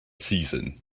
season